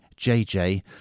jj